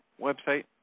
website